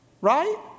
Right